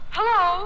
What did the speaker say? Hello